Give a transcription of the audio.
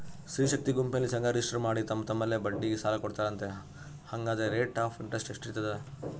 ಸ್ತ್ರೇ ಶಕ್ತಿ ಗುಂಪಿನಲ್ಲಿ ಸಂಘ ರಿಜಿಸ್ಟರ್ ಮಾಡಿ ತಮ್ಮ ತಮ್ಮಲ್ಲೇ ಬಡ್ಡಿಗೆ ಸಾಲ ಕೊಡ್ತಾರಂತೆ, ಹಂಗಾದರೆ ರೇಟ್ ಆಫ್ ಇಂಟರೆಸ್ಟ್ ಎಷ್ಟಿರ್ತದ?